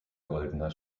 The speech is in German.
goldener